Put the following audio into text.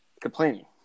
complaining